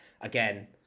again